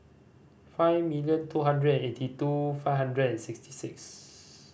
five million two hundred eighty two five hundred sixty six